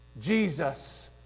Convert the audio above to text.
Jesus